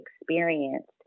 experienced